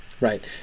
right